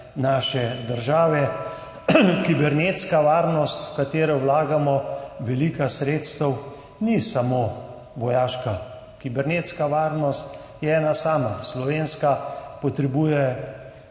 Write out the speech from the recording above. naše države. Kibernetska varnost, v katero vlagamo veliko sredstev, ni samo vojaška. Kibernetska varnost je ena sama, slovenska, potrebuje